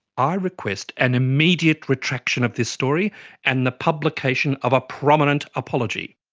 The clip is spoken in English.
i request an immediate retraction of this story and the publication of a prominent apology.